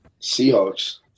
Seahawks